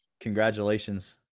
congratulations